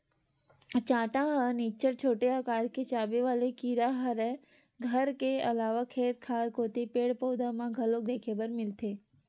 चाटा ए निच्चट छोटे अकार के चाबे वाले कीरा हरय घर के अलावा खेत खार कोती पेड़, पउधा म घलोक देखे बर मिलथे